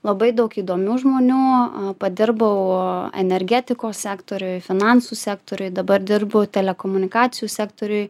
labai daug įdomių žmonių padirbau energetikos sektoriuj finansų sektoriuj dabar dirbu telekomunikacijų sektoriuj